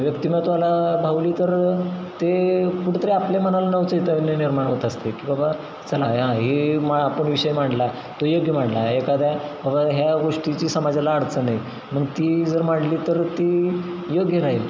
व्यक्तिमत्वाला भावली तर ते कुठेतरी आपल्या मनाला नवचेतावनी निर्माण होत असते की बाबा चला हां हे मग आपण विषय मांडला तो योग्य मांडला एखाद्या बाबा ह्या गोष्टीची समाजाला अडचण आहे मग ती जर मांडली तर ती योग्य राहील